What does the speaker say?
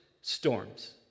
storms